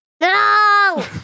No